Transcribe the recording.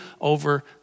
over